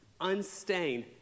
unstained